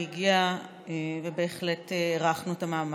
היא הגיעה ובהחלט הערכנו את המאמץ.